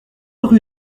rue